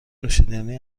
نوشیدنی